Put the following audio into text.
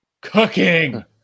cooking